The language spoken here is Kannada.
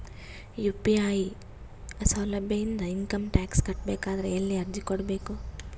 ಯು.ಪಿ.ಐ ಸೌಲಭ್ಯ ಇಂದ ಇಂಕಮ್ ಟಾಕ್ಸ್ ಕಟ್ಟಬೇಕಾದರ ಎಲ್ಲಿ ಅರ್ಜಿ ಕೊಡಬೇಕು?